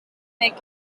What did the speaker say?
making